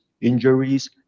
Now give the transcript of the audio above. injuries